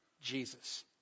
Jesus